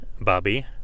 Bobby